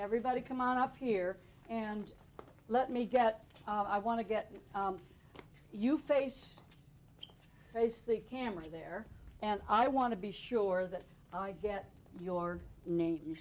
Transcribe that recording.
everybody come on up here and let me get i want to get you face to face the camera there and i want to be sure that i get your name